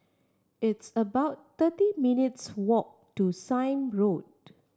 it's about thirty minutes' walk to Sime Road